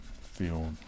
feel